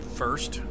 first